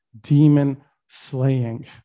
demon-slaying